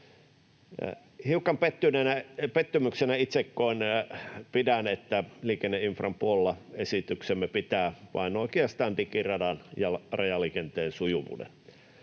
Hiukan pettymyksenä itse pidän, että liikenneinfran puolella esityksemme pitää oikeastaan vain digiradan rajaliikenteen sujuvuuden.